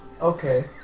Okay